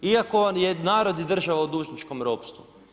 Iako je narod i država u dužničkom ropstvu.